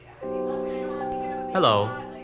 Hello